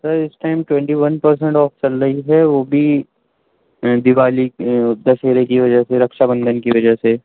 سر اِس time twenty one percent off چل رہی ہے وہ بھی دیوالی دشہرے کی وجہ سے رکشا بندھن کی وجہ سے